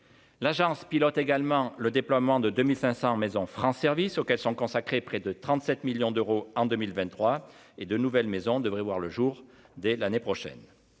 l'agence pilote également le déploiement de 2500 maisons France services auquel sont consacrés, près de 37 millions d'euros en 2023 et de nouvelles maisons devraient voir le jour dès l'année prochaine,